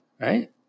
right